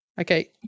Okay